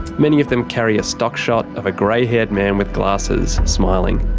many of them carry a stock shot of a grey-haired man with glasses, smiling.